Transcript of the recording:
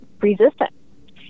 resistant